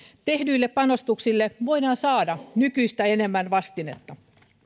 tehdyille panostuksille voidaan saada nykyistä enemmän vastinetta